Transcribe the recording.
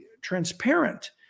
transparent